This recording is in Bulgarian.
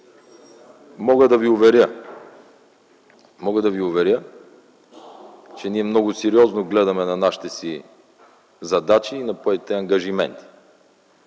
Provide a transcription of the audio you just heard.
Мога да ви уверя, че ние много сериозно гледаме на нашите задачи и поети ангажименти.